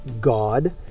God